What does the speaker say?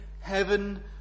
heaven